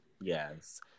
Yes